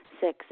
Six